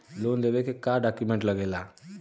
Loan लेवे के का डॉक्यूमेंट लागेला?